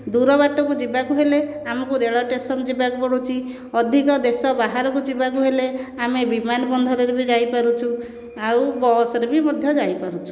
ଦୂର ବାଟକୁ ଯିବାକୁ ହେଲେ ଆମକୁ ରେଳ ଷ୍ଟେସନ ଯିବାକୁ ପଡ଼ୁଛି ଅଧିକ ଦେଶ ବାହାରକୁ ଯିବାକୁ ହେଲେ ଆମେ ବିମାନ ବନ୍ଦରରେ ବି ଯାଇପାରୁଛୁ ଆଉ ବସରେ ମଧ୍ୟ ଯାଇପାରୁଛୁ